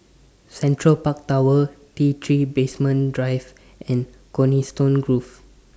Central Park Tower T three Basement Drive and Coniston Grove